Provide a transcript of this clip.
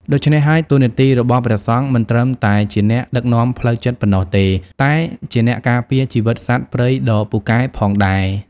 ដូច្នេះហើយ តួនាទីរបស់ព្រះសង្ឃមិនត្រឹមតែជាអ្នកដឹកនាំផ្លូវចិត្តប៉ុណ្ណោះទេ តែជាអ្នកការពារជីវិតសត្វព្រៃដ៏ពូកែផងដែរ។